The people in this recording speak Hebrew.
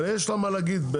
ויש לה מה להגיד.